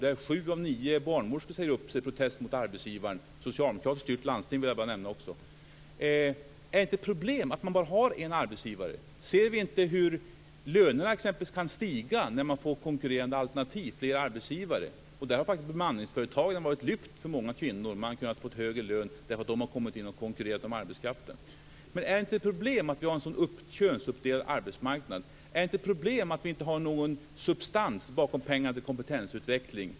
Där säger sju av nio barnmorskor upp sig i protest mot arbetsgivaren. Jag vill bara nämna att det är ett socialdemokratiskt styrt landsting. Är det inte ett problem att det bara är en arbetsgivare? Ser vi inte hur t.ex. lönerna kan stiga när det finns konkurrerande alternativ, flera arbetsgivare? Bemanningsföretagen har faktiskt varit ett lyft för många kvinnor. De har kunnat få högre lön, eftersom de har kommit in och konkurrerat om arbetskraften. Men är det inte ett problem att vi har en så könsuppdelad arbetsmarknad? Är det inte ett problem att det inte finns någon substans bakom pengarna till kompetensutveckling?